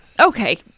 Okay